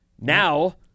Now